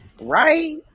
Right